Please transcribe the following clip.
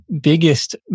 biggest